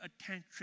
attention